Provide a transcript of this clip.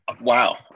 Wow